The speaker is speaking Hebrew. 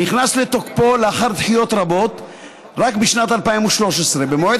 נכנס לתוקפו לאחר דחיות רבות רק בשנת 2013. במועד